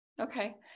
Okay